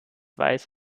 weiß